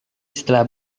setelah